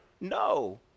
No